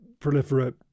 proliferate